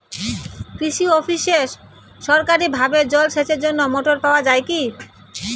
কৃষি অফিসে সরকারিভাবে জল সেচের জন্য মোটর পাওয়া যায় কি?